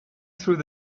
through